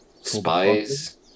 Spies